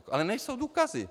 Ale nejsou důkazy.